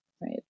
right